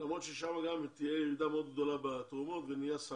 למרות שגם שם תהיה מאוד ירידה בתרומות ונהיה סלט,